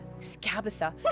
Scabatha